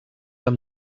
amb